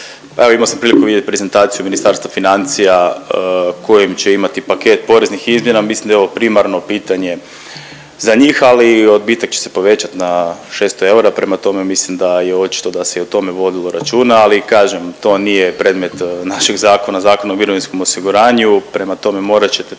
Evo imao sam priliku vidjeti prezentaciju Ministarstva financija kojim će imati paket poreznih izmjena. Mislim da je ovo primarno pitanje za njih, ali odbitak će se povećati na 600 eura, prema tome mislim da je očito da se i o tome vodilo računa. Ali kažem to nije predmet našeg zakona, Zakon o mirovinskom osiguranju, prema tome morat ćete